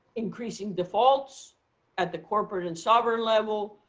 increasing defaults at the corporate and sovereign level,